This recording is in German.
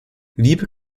liebe